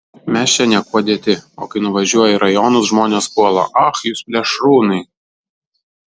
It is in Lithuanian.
mes čia niekuo dėti o kai nuvažiuoji į rajonus žmonės puola ach jūs plėšrūnai